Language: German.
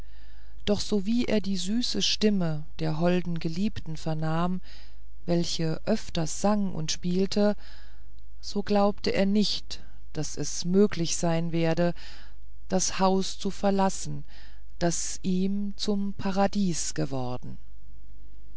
doch sowie er die süße stimme der holden geliebten vernahm welche öfters sang und spielte so glaubte er nicht wie es möglich sein werde das haus zu verlassen das ihm zum paradiese geworden